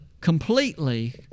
completely